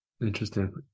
Interesting